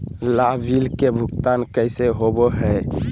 लाभ बिल के भुगतान कैसे होबो हैं?